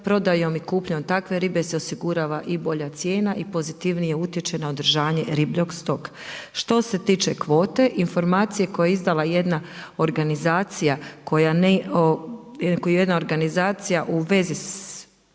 Prodajom i kupnjom takve ribe se osigurava i bolja cijena i pozitivnije utječe na održanje …/Govornica se ne razumije./… Što se tiče kvote, informacije koje je izdala jedna organizacija koju